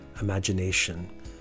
imagination